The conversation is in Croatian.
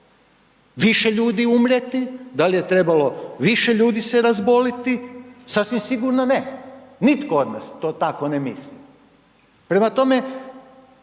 više ljudi umrijeti, da li je trebalo više ljudi se razboliti, sasvim sigurno ne, nitko od nas to tako ne misli. Prema tome,